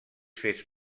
fets